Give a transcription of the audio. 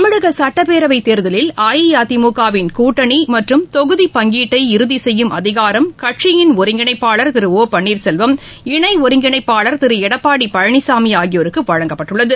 தமிழக சட்டப்பேரவைத் தேர்தலில் அஇஅதிமுக விள் கூட்டணி மற்றும் தொகுதி பங்கீட்டினை இறதி செய்யும் அதிகாரம் கட்சியின் ஒருங்கிணைப்பாளா் திரு ஒ பன்னீர்செல்வம் இணை ஒருங்கிணைப்பாளா் திரு எடப்பாடி பழனிசாமி ஆகியோருக்கு வழங்கப்பட்டுள்ளது